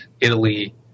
Italy